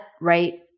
right